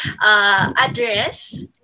address